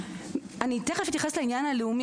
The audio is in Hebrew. אני תכף אתייחס לעניין הלאומי,